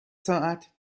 ساعت